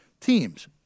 teams